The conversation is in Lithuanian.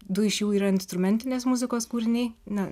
du iš jų yra instrumentinės muzikos kūriniai ne